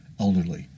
elderly